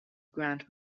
grant